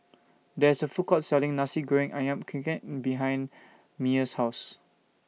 There IS A Food Court Selling Nasi Goreng Ayam Kunyit behind Meyer's House